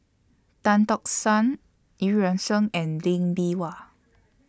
Tan Tock San EU Yuan Sen and Lee Bee Wah